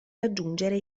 raggiungere